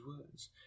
words